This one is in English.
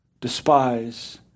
despise